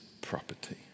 property